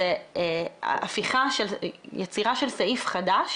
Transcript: זה יצירה של סעיף חדש